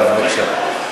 אז בבקשה.